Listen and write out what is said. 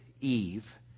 Eve